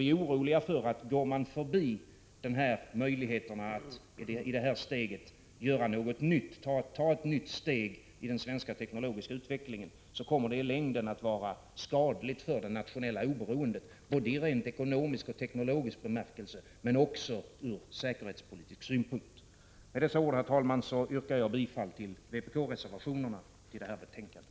Vi är oroliga för att om man går förbi möjligheterna att i detta skede ta ett nytt steg i den svenska teknologiska utvecklingen, kommer det i längden att bli skadligt för det nationella oberoendet, både i rent ekonomisk och teknologisk bemärkelse och ur säkerhetspolitisk synpunkt. Med dessa ord, herr talman, yrkar jag bifall till vpk-reservationerna till detta betänkande.